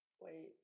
wait